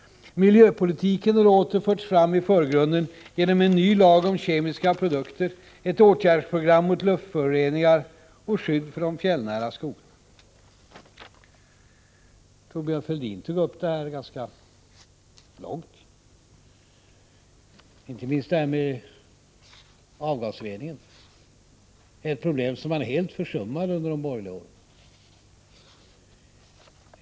Miljöpolitiken har åter förts fram i förgrunden genom en ny lag om kemiska produkter, ett åtgärdsprogram mot luftföroreningar och skydd för de fjällnära skogarna. Thorbjörn Fälldin tog upp detta ganska utförligt, inte minst avgasreningen. Detta problem försummades helt under de borgerliga åren.